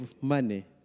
money